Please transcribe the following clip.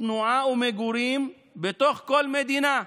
תנועה ומגורים בתוך הגבולות של כל מדינה",